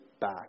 back